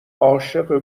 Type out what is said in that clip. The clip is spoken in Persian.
عاشق